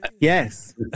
Yes